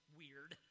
weird